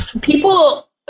People